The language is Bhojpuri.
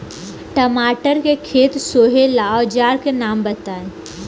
टमाटर के खेत सोहेला औजर के नाम बताई?